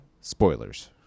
Spoilers